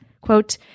Quote